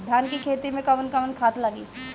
धान के खेती में कवन कवन खाद लागी?